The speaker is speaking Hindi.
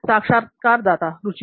साक्षात्कारदाता रुचि